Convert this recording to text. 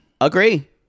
Agree